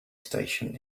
station